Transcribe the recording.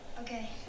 Okay